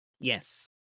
Yes